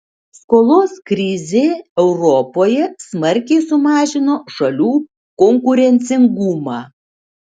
skolos krizė europoje smarkiai sumažino šalių konkurencingumą